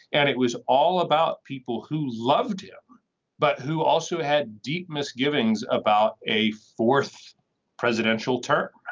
and it was all about people who loved him but who also had deep misgivings about a fourth presidential term.